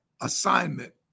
assignment